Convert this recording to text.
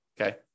okay